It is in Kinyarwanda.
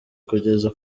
kugeza